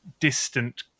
distant